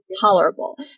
tolerable